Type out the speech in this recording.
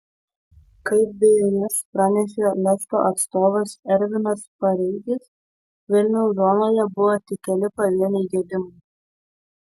kaip bns pranešė lesto atstovas ervinas pareigis vilniaus zonoje buvo tik keli pavieniai gedimai